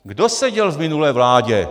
Kdo seděl v minulé vládě?